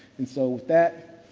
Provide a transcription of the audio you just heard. and so that,